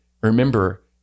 remember